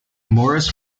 morris